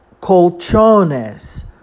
colchones